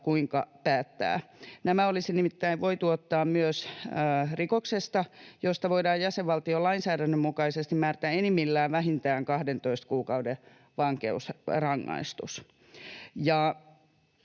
kuinka päättää. Nämä olisi nimittäin voitu ottaa myös rikoksesta, josta voidaan jäsenvaltion lainsäädännön mukaisesti määrätä enimmillään vähintään 12 kuukauden vankeusrangaistus.